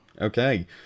Okay